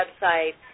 website